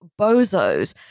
bozos